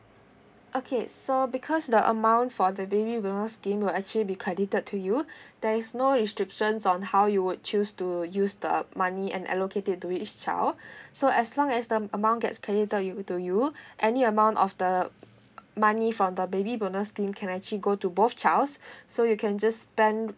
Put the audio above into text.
okay so because the amount for the baby bonus scheme will actually be credited to you there is no restrictions on how you would choose to use the money and allocate it to each child so as long as the amount gets credited you to you to you any amount of the money from the baby bonus scheme can actually go to both child so you can just spend